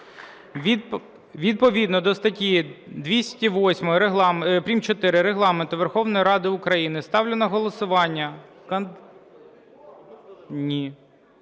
Відповідно до статті 208 прим.4 Регламенту Верховної Ради України, ставлю на голосування…